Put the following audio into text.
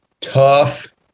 tough